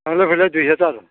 थांलाय फैलाय दुइहाजार